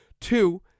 Two